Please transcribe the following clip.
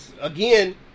again